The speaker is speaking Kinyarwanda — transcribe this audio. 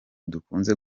dukunze